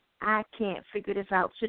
I-can't-figure-this-out